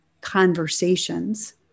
conversations